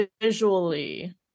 visually